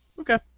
Okay